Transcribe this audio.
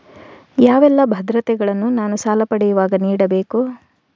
ಯಾವೆಲ್ಲ ಭದ್ರತೆಗಳನ್ನು ನಾನು ಸಾಲ ಪಡೆಯುವಾಗ ನೀಡಬೇಕು?